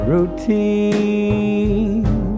Routine